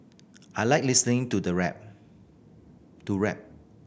I like listening to the rap to rap